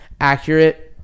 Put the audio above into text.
accurate